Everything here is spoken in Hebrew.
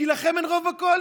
הוא כי לכם אין רוב בקואליציה.